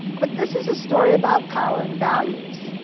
but this is a story about power and values.